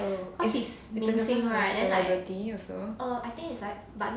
oh is she a celebrity also